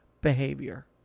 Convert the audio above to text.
behavior